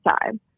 time